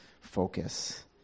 focus